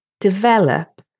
develop